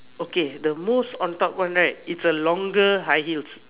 okay the most on top one right is a longer high heels